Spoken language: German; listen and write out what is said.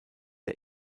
der